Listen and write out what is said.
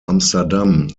amsterdam